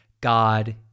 God